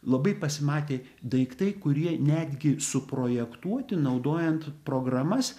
labai pasimatė daiktai kurie netgi suprojektuoti naudojant programas